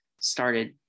started